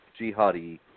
jihadi